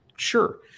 Sure